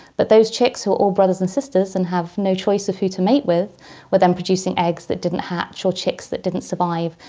but those chicks, who were all brothers and sisters and have no choice of who to mate with were then producing eggs that didn't hatch or chicks that didn't survive.